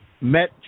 met